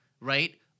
right